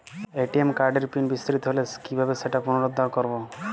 ATM কার্ডের pin বিস্মৃত হলে কীভাবে সেটা পুনরূদ্ধার করব?